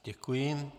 Děkuji.